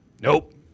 Nope